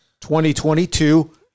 2022